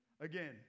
Again